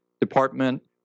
department